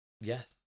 Yes